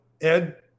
ed